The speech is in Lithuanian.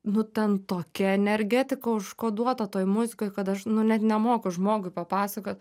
nu ten tokia energetika užkoduota toj muzikoj kad aš nu net nemoku žmogui papasakot